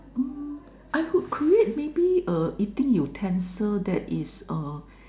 uh I would create maybe uh eating utensil that is a